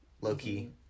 low-key